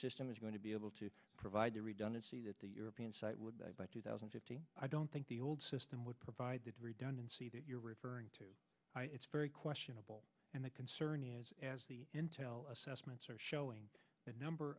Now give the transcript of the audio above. system is going to be able to provide the redundancy that the european site would by two thousand and fifteen i don't think the old system would provide that redundancy that you're referring to it's very questionable and the concern is as the intel assessments are showing that number